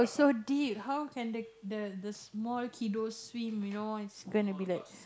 so deep how can the the the small kiddo swim you know it's gonna be like